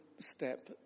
step